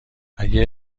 اگه